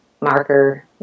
marker